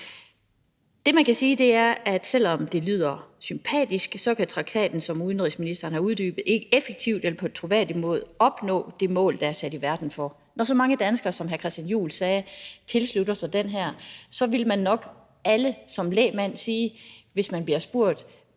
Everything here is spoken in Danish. Det, man kan sige, er, at selv om det lyder sympatisk, så kan traktaten, sådan som udenrigsministeren har uddybet det, ikke effektivt eller på troværdig måde opnå det mål, den er sat i verden for. Når så mange danskere, som hr. Christian Juhl sagde, ønsker at tilslutte sig den, så er det nok, fordi alle som lægmænd, hvis man bliver spurgt,